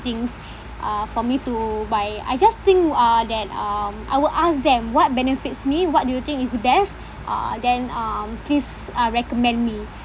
things uh for me to buy I just think wh~ uh that um I will ask them what benefits me what do you think is the best uh then um please uh recommend me